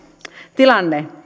tilanne